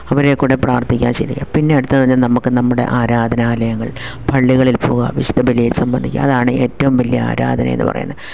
അവരെ കൂടെ പ്രാർത്ഥിക്കാം ശീലിക്കാം പിന്നെ അടുത്ത പറഞ്ഞാൽ നമുക്ക് നമ്മുടെ ആരാധനാലയങ്ങൾ പള്ളികളിൽ പോകാനും വിശുദ്ധ ബലിയിൽ സംബന്ധിക്കാൻ അതാണ് ഏറ്റവും വലിയ ആരാധന എന്ന് പറയുന്നത്